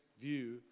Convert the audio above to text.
view